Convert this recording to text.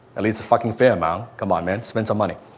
at least the fucking fairmont. come on man, spend some money.